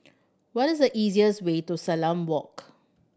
what is the easiest way to Salam Walk